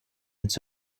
its